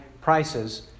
prices